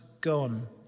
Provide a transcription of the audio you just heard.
gone